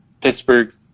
Pittsburgh